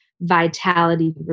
vitality